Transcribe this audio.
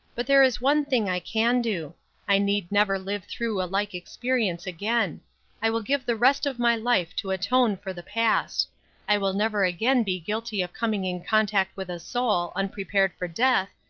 but there is one thing i can do i need never live through a like experience again i will give the rest of my life to atone for the past i will never again be guilty of coming in contact with a soul, unprepared for death,